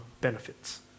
benefits